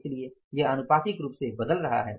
इसलिए यह आनुपातिक रूप से बदल रहा है